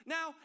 Now